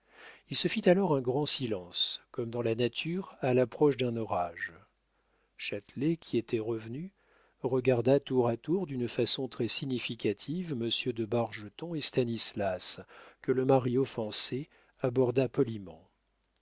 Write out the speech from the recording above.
il se fit alors un grand silence comme dans la nature à l'approche d'un orage châtelet qui était revenu regarda tour à tour d'une façon très significative monsieur de bargeton et stanislas que le mari offensé aborda poliment